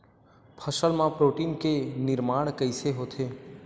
फसल मा प्रोटीन के निर्माण कइसे होथे?